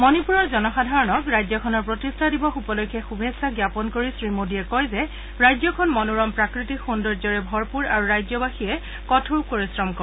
মণিপুৰৰ জনসাধাৰণক ৰাজ্যখনৰ প্ৰতিষ্ঠা দিৱস উপলক্ষে শুভেচ্ছা জ্ঞাপন কৰি শ্ৰীমোডীয়ে কয় যে ৰাজ্যখন মনোৰম প্ৰাকৃতিক সৌন্দৰ্যৰে ভৰপুৰ আৰু ৰাজ্যবাসীয়ে কঠোৰ পৰিশ্ৰম কৰে